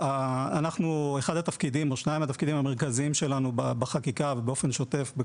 שניים מהתפקידים המרכזיים שלנו בחקיקה ובאופן שוטף,